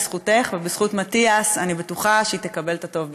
בזכותך ובזכות מתיאס אני בטוחה שהיא תקבל את הטוב ביותר.